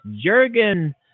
Jurgen